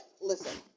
Listen